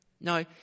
No